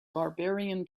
barbarian